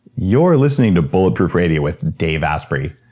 you're listening to bulletproof radio with dave asprey.